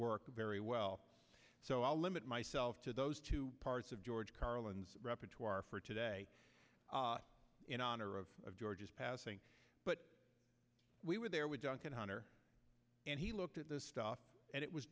work very well so i'll limit myself to those parts of george carlin's repertoire for today in honor of george's passing but we were there with duncan hunter and he looked at the stuff and it was